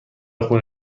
خون